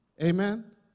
Amen